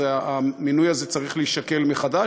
המינוי צריך להישקל מחדש.